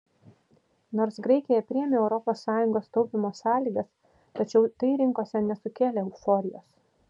nors graikija priėmė europos sąjunga taupymo sąlygas tačiau tai rinkose nesukėlė euforijos